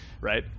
right